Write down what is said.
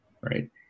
right